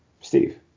Steve